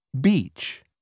Beach